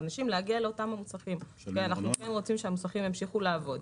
אנשים להגיע לאותם מוסכים ואנחנו כן רוצים שהמוסכים ימשיכו לעבוד.